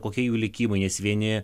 kokie jų likimai nes vieni